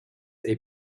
est